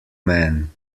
man